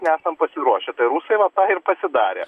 nesam pasiruošę rusai va tą ir pasidarė